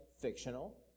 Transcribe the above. fictional